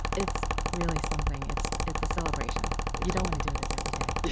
it's really something. it's it's a celebration. you don't want to do this every day yeah